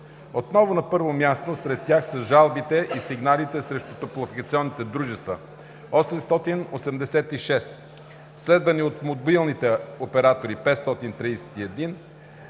Отново на първо място сред тях са жалбите и сигналите срещу топлофикационните дружества – 886, следвани от мобилните оператори – 531,